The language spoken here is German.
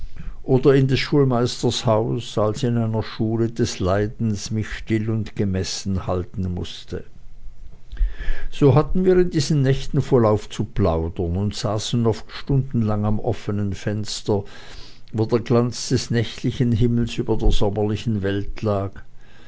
oder in des schulmeisters haus als in einer schule des leidens mich still und gemessen halten mußte so hatten wir in diesen nächten vollauf zu plaudern und saßen oft stundenlang am offenen fenster wo der glanz des nächtlichen himmels über der sommerlichen welt lag